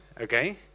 okay